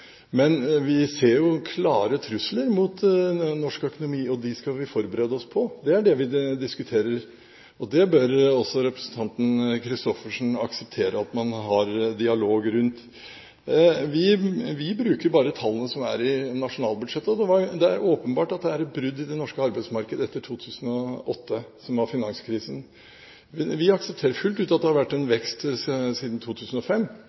Men vi ser jo klare trusler mot norsk økonomi, og dem skal vi forberede oss på. Det er det vi diskuterer, og det bør også representanten Kristoffersen akseptere at man har dialog rundt. Vi bruker bare tallene som er i nasjonalbudsjettet, og det er åpenbart at det er et brudd i det norske arbeidsmarkedet etter 2008 – da var det finanskrise. Vi aksepterer fullt ut at det har vært en vekst siden 2005,